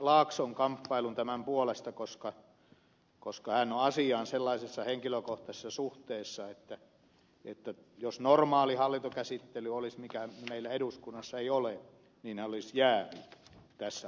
laakson kamppailun tämän puolesta koska hän on asiaan sellaisessa henkilökohtaisessa suhteessa että jos normaali hallintokäsittely olisi mikä meillä eduskunnassa ei ole niin hän olisi jäävi tässä asiassa